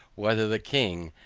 whether the king,